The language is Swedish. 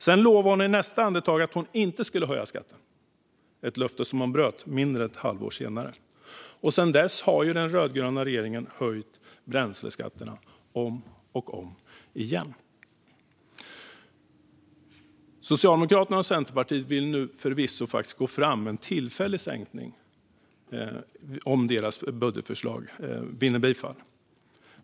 Sedan lovade hon i nästa andetag att hon inte skulle höja skatten - ett löfte hon bröt mindre än ett halvår senare. Sedan dess har den rödgröna regeringen höjt bränsleskatterna om och om igen. Socialdemokraterna och Centerpartiet vill förvisso gå fram med en tillfällig sänkning om deras budgetförslag vinner bifall.